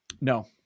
No